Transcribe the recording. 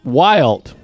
wild